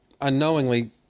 unknowingly